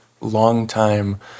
longtime